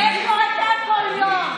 איפה אתה כל יום?